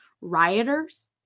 rioters